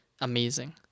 amazing